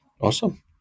Awesome